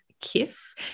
Kiss